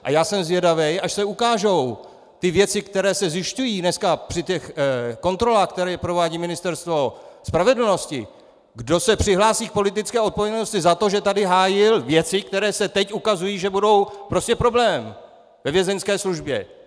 A já jsem zvědav, až se ukážou ty věci, které se zjišťují dneska při kontrolách, které provádí Ministerstvo spravedlnosti, kdo se přihlásí k politické odpovědnosti za to, že tady hájil věci, které se teď ukazují, že budou prostě problém ve vězeňské službě!